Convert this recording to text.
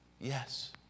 Yes